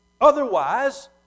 Otherwise